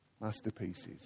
masterpieces